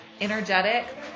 energetic